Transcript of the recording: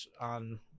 on